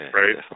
right